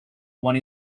one